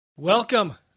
Welcome